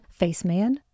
faceman